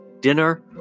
dinner